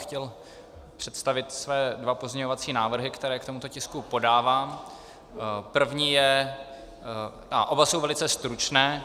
Chtěl bych představit své dva pozměňovací návrhy, které k tomuto tisku podávám, a oba jsou velice stručné.